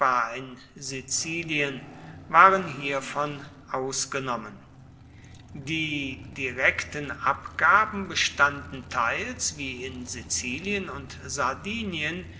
in sizilien waren hiervon ausgenommen die direkten abgaben bestanden teils wie in sizilien und sardinien